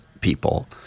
people